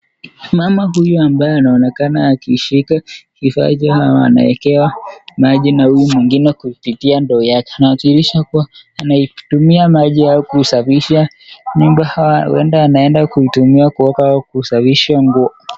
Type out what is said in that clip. Mama huyu ambaye anaonekana akishika, kifaa hicho na wanaekewa, maji na huyu mwingine kupitia ndoo yake, inadihirisha kuwa, anaitumia maji haya kusafisha, nyumba au huenda anaenda kuitumia kuoga au kusafisha nguo.